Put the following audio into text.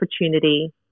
opportunity